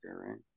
right